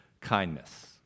kindness